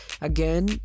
again